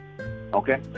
Okay